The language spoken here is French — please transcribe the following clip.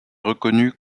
reconnu